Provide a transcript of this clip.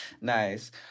Nice